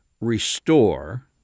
restore